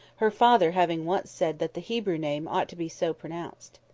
her father having once said that the hebrew name ought to be so pronounced.